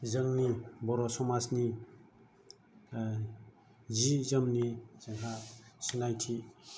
जोंनि बर' समाजनि जि जोमनि जोंहा सिनायथि